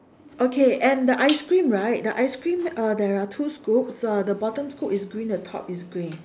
okay and the ice cream right the ice cream uh there are two scoops uh the bottom is green and the top is grey